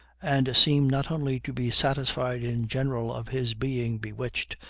and seemed not only to be satisfied in general of his being bewitched,